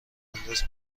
انداز